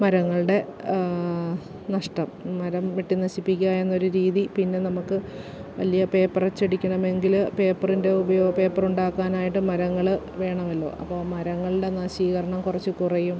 മരങ്ങളുടെ നഷ്ടം മരം വെട്ടി നശിപ്പിക്കുകയെന്നൊരു രീതി പിന്നെ നമുക്ക് വലിയ പേപ്പർ അച്ചടിക്കണമെങ്കിൽ പേപ്പറിൻ്റെ ഉപയോഗം പേപ്പർ ഉണ്ടാക്കാനായിട്ട് മരങ്ങള് വേണമല്ലോ അപ്പോള് മരങ്ങളുടെ നശീകരണം കുറച്ച് കുറയും